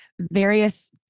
various